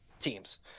teams